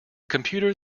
computer